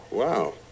Wow